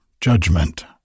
judgment